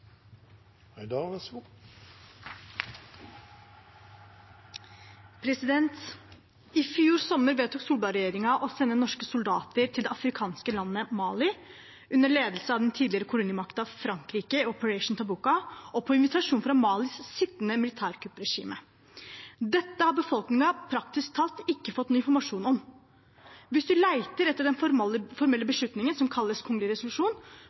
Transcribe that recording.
I fjor sommer vedtok Solberg-regjeringen å sende norske soldater til det afrikanske landet Mali under ledelse av den tidligere kolonimakten Frankrike, operasjon Takuba, og på invitasjon fra Malis sittende militærkuppregime. Dette har befolkningen praktisk talt ikke fått noen informasjon om. Hvis man leter etter den formelle beslutningen – som kalles en kongelig resolusjon